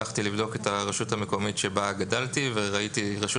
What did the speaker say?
הלכתי לבדוק את הרשות המקומית בה גדלתי וראיתי רשות